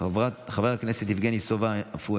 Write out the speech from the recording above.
חבר הכנסת ואליד אלהואשלה,